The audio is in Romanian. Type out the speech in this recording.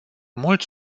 mult